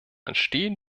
entstehen